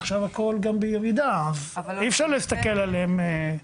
עכשיו הכל גם בירידה אז אי אפשר להסתכל עליהם.